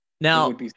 now